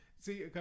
see